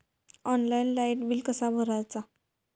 Online light bill कसा भरायचा?